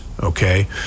okay